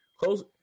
Close